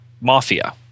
mafia